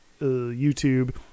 YouTube